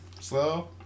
slow